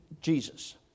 Jesus